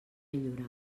millorar